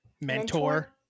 mentor